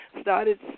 Started